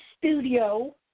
studio